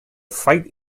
fight